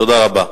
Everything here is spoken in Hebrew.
תודה רבה.